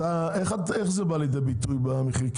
איך זה בא לידי ביטוי במחיר?